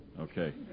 Okay